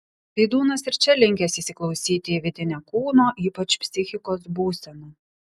vydūnas ir čia linkęs įsiklausyti į vidinę kūno ypač psichikos būseną